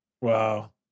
Wow